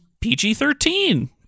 PG-13